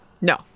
no